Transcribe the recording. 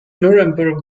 nuremberg